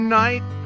night